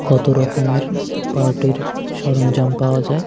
কতো রকমের পার্টির সরঞ্জাম পাওয়া যায়